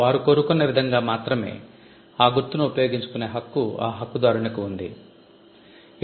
వారు కోరుకున్న విధంగా మాత్రమే ఆ గుర్తును ఉపయోగించుకునే హక్కు ఆ హక్కుదారునికి ఉంది కాబట్టి